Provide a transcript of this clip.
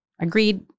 agreed